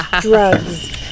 drugs